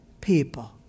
people